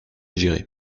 gérés